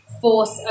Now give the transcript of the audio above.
force